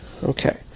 Okay